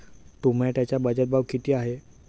टोमॅटोचा बाजारभाव किती आहे?